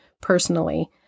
personally